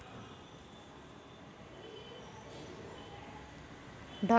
ढगाळ वातावरणामंदी कोनची फवारनी कराव?